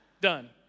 Done